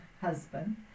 husband